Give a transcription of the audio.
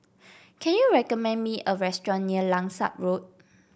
can you recommend me a restaurant near Langsat Road